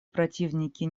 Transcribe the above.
противники